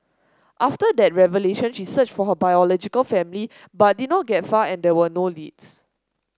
after that revelation she searched for her biological family but did not get far and there were no leads